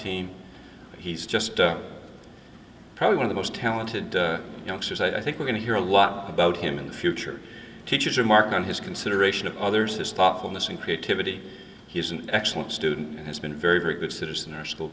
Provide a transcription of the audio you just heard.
team he's just probably one of the most talented youngsters i think we're going to hear a lot about him in the future teachers are mark on his consideration of others his thoughtfulness and creativity he's an excellent student has been very very good citizen our school